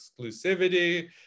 exclusivity